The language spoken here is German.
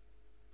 gegenüber